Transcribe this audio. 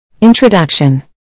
Introduction